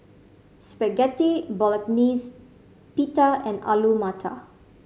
Spaghetti Bolognese Pita and Alu Matar